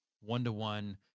one-to-one